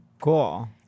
Cool